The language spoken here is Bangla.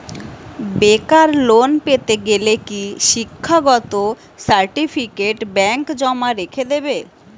বেকার লোন পেতে গেলে কি শিক্ষাগত সার্টিফিকেট ব্যাঙ্ক জমা রেখে দেবে?